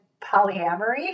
polyamory